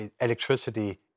electricity